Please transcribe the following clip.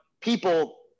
people